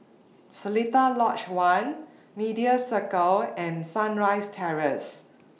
Seletar Lodge one Media Circle and Sunrise Terrace